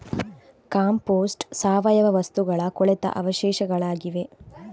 compost ಸಾವಯವ ವಸ್ತುಗಳ ಕೊಳೆತ ಅವಶೇಷಗಳಾಗಿವೆ